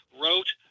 wrote